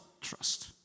Trust